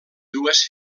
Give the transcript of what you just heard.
dues